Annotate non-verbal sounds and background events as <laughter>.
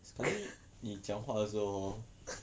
<laughs>